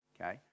Okay